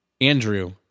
Andrew